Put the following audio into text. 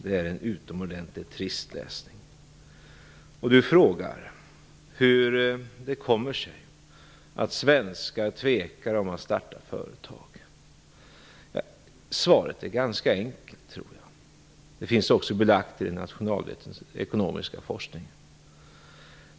Det är en utomordentligt trist läsning. Bo Lundgren frågar hur det kommer sig att svenskar tvekar om att starta företag. Svaret är ganska enkelt. Det finns också belagt i den nationalekonomiska forskningen.